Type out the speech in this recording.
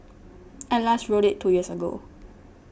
I last rode it two years ago